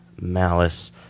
malice